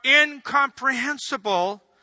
incomprehensible